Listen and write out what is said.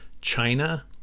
China